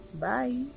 Bye